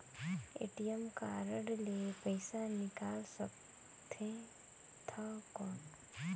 ATM card ले पइसा निकाल सकथे थव कौन?